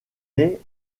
est